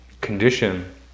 condition